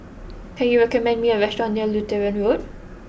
can you recommend me a restaurant near Lutheran Road